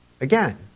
again